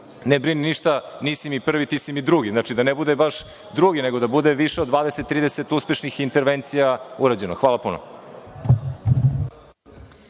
Ne brini ništa, nisi mi prvi, ti si mi drugi. Znači, da ne bude baš drugi nego da bude više od 20, 30 uspešnih intervencija urađeno. Hvala puno.